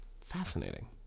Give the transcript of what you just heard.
Fascinating